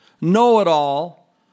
know-it-all